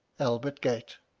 albert gate.